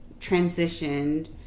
transitioned